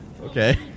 Okay